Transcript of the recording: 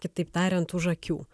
kitaip tariant už akių